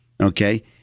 Okay